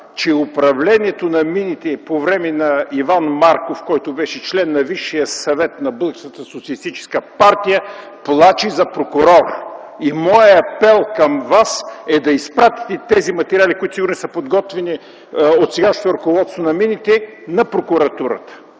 че управлението на мините по време на Иван Марков, който беше член на Висшия съвет на Българската социалистическа партия плаче за прокурор. Моят апел към Вас е да изпратите тези материали, които сигурно са подготвени от сегашното ръководство на мините на прокуратурата!